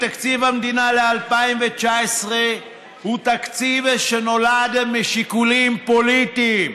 תקציב המדינה ל-2019 הוא תקציב שנולד משיקולים פוליטיים.